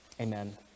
Amen